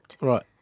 Right